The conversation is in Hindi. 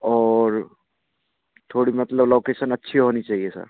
और थोड़ी मतलब लौकेसन अच्छी होनी चाहिए सर